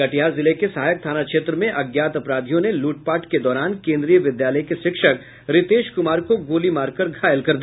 कटिहार जिले के सहायक थाना क्षेत्र में अज्ञात अपराधियों ने लूटपाट के दौरान केन्द्रीय विद्यालय के शिक्षक रितेश कुमार को गोली मारकर घायल कर दिया